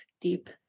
deep